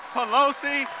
Pelosi